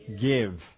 give